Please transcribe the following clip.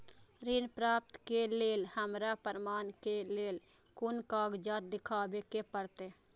ऋण प्राप्त के लेल हमरा प्रमाण के लेल कुन कागजात दिखाबे के परते?